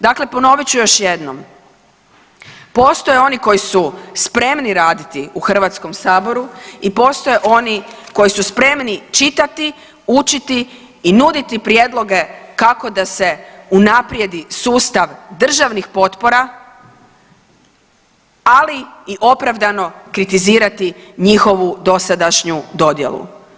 Dakle ponovit ću još jednom, postoje oni koji su spremni raditi u HS i postoje oni koji su spremni čitati, učiti i nuditi prijedloge kako da se unaprijedi sustav državnih potpora, ali i opravdano kritizirati njihovu dosadašnju dodjelu.